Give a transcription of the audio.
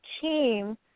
team